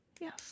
Yes